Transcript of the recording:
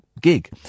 gig